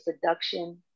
seduction